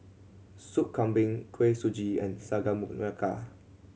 Soup Kambing Kuih Suji and Sagu Melaka